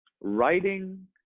writing